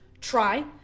try